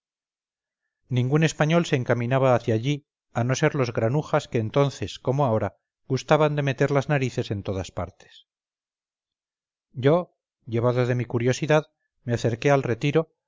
ningún español se encaminaba hacia allí a no ser los granujas que entonces como ahora gustaban de meter las narices en todas partes yo llevado de mi curiosidad me acerqué al retiro